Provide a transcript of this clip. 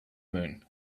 moon